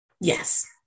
Yes